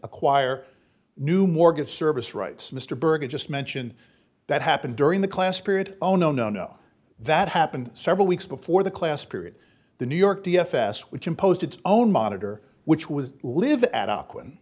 acquire new mortgage service rights mr berger just mentioned that happened during the class period oh no no no that happened several weeks before the class period the new york d f s which imposed its own monitor which was live a